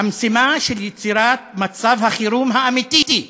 המשימה של יצירת מצב החירום האמיתי,